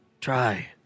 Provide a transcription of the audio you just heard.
Try